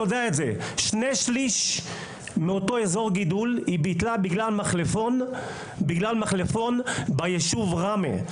שני שליש מאזור הגידול בגלל מחלפון ביישוב ראמה.